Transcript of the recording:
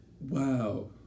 Wow